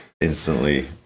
Instantly